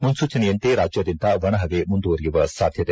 ಮುನ್ನೂಚನೆಯಂತೆ ರಾಜ್ಯಾದ್ಯಂತ ಒಣ ಪವೆ ಮುಂದುವರೆಯುವ ಸಾಧ್ಯತೆ